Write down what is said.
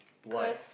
what